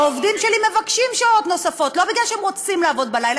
העובדים שלי מבקשים שעות נוספות לא בגלל שהם רוצים לעבוד בלילה,